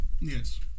Yes